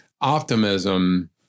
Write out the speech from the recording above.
Optimism